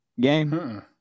game